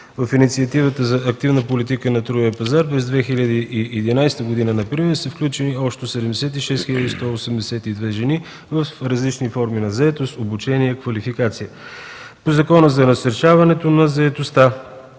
В инициативата за активна политика на трудовия пазар през 2011 г. например са включени общо 76 182 жени в различни форми на заетост, обучение и квалификация, по Закона за насърчаване на заетостта